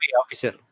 officer